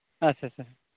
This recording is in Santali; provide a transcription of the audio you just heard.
ᱟᱪᱪᱷᱟ ᱪᱷᱟ ᱪᱷᱟ